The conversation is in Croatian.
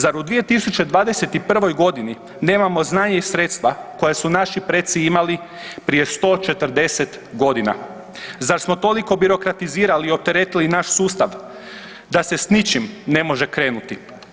Zar u 2021.g. nemamo znanje i sredstva koja su naši preci imali prije 140 godina, zar smo toliko birokratizirali i oteretili naš sustav da se s ničim ne može krenuti?